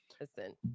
Listen